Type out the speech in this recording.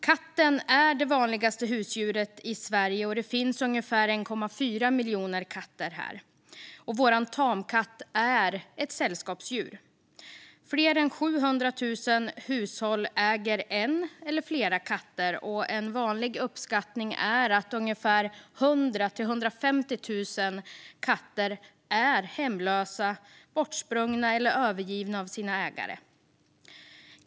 Katten är det vanligaste husdjuret i Sverige. Det finns ungefär 1,4 miljoner katter här. Vår tamkatt är ett sällskapsdjur. Fler än 700 000 hushåll äger en eller flera katter. En vanlig uppskattning är att ungefär 100 000-150 000 katter är hemlösa, bortsprungna eller övergivna av sina ägare.